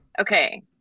Okay